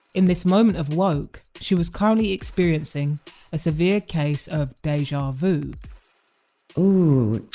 in this moment of woke, she was currently experiencing a severe case of deja vu ooh,